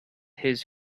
his